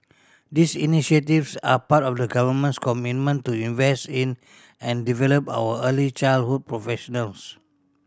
these initiatives are part of the Government's commitment to invest in and develop our early childhood professionals